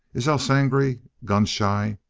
is el sangre gun-shy?